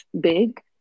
big